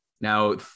Now